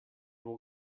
will